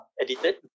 edited